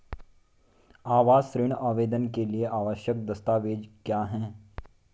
आवास ऋण आवेदन के लिए आवश्यक दस्तावेज़ क्या हैं?